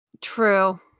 true